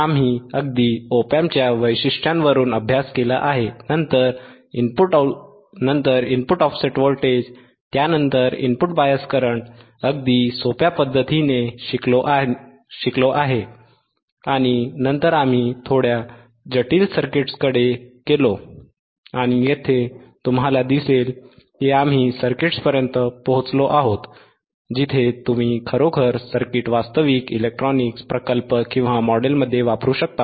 आम्ही अगदी op amp च्या वैशिष्ट्यांवरून अभ्यास केला आहे नंतर इनपुट ऑफसेट व्होल्टेज त्यानंतर इनपुट बायस करंट अगदी सोप्या पद्धतीने शिकलो आणि नंतर आम्ही थोड्या जटिल सर्किट्सकडे गेलो आणि येथे तुम्हाला दिसेल की आम्ही सर्किट्सपर्यंत पोहोचलो आहोत जिथे तुम्ही खरोखर सर्किट वास्तविक इलेक्ट्रॉनिक प्रकल्प मॉडेलमध्ये वापरू शकता